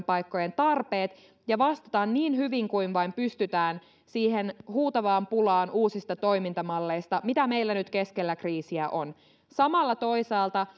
paikkojen tarpeet ja vastataan niin hyvin kuin vain pystytään siihen huutavaan pulaan uusista toimintamalleista mikä meillä nyt keskellä kriisiä on samalla toisaalta